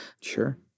Sure